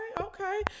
Okay